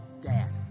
dad